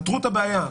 פתרו את הבעיה,